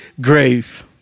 grave